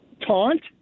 Taunt